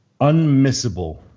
unmissable